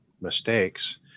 mistakes